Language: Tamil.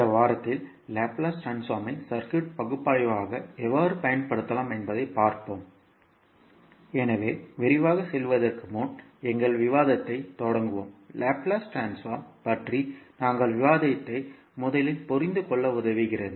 இந்த வாரத்தில் லாப்லேஸ் ட்ரான்ஸ்போர்ம் ஐ சர்க்யூட் பகுப்பாய்வாக எவ்வாறு பயன்படுத்தலாம் என்பதைப் பார்ப்போம் எனவே விரிவாகச் செல்வதற்கு முன் எங்கள் விவாதத்தைத் தொடங்குவோம் லாப்லேஸ் ட்ரான்ஸ்போர்ம் பற்றி நாங்கள் விவாதித்ததை முதலில் புரிந்துகொள்ள உதவுகிறது